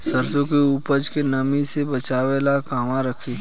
सरसों के उपज के नमी से बचावे ला कहवा रखी?